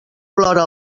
plora